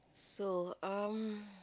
so um